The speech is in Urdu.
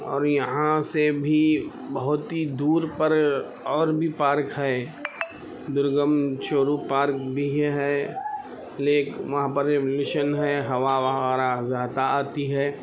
اور یہاں سے بھی بہت ہی دور پر اور بھی پارک ہے درگم چورو پارک بھی ہے لیک وہاں پر ایولیشن ہے ہوا وواہ زیادہ آتی ہے